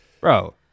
bro